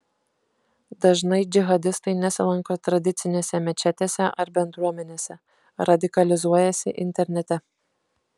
dažnai džihadistai nesilanko tradicinėse mečetėse ar bendruomenėse radikalizuojasi internete